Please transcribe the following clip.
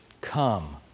come